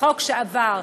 חוק שעבר,